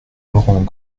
laurent